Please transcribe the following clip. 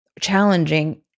challenging